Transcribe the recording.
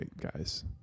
guys